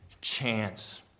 chance